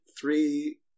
three